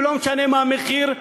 ולא משנה מה המחיר,